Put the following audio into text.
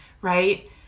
right